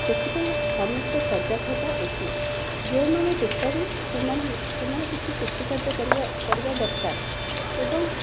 ସେଥିପାଇଁ ସମସ୍ତେ ସଯାଗ ହେବା ଉଚ୍ଚିତ ଯେଉଁମାନେ ବେକାରୀ ସେମାନେ ସେମାନେ କିଛି କୃଷି କାର୍ଯ୍ୟ କରିବା କରିବା ଦରକାର ଏବଂ